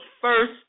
first